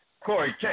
Corey